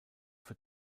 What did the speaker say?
für